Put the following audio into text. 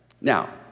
Now